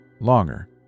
longer